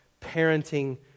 parenting